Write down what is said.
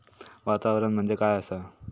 वातावरण म्हणजे काय आसा?